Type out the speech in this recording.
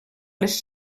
les